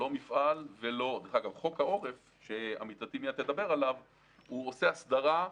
דרך אגב, חוק העורף עושה הסדרה.